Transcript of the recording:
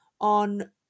on